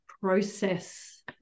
process